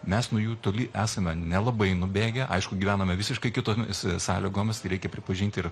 mes nuo jų toli esame nelabai nubėgę aišku gyvename visiškai kitomis sąlygomis reikia pripažinti ir